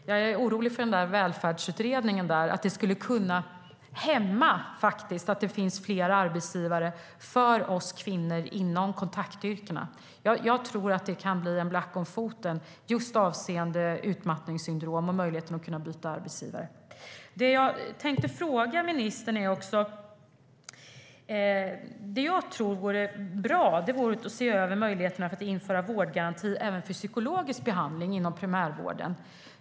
Jag är orolig för att Välfärdsutredningen kan hämma möjligheten till fler arbetsgivare för oss kvinnor inom kontaktyrkena. Jag tror att den kan bli ett hinder just när det gäller utmattningssyndrom och möjlighet att byta arbetsgivare. Jag tänkte också fråga ministern om vårdgarantin. Det vore bra att se över möjligheten att införa vårdgaranti även för psykologisk behandling inom primärvården.